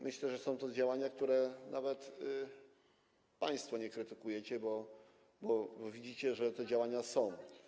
Myślę, że są to działania, których nawet państwo nie krytykujecie, bo widzicie, że te działania są.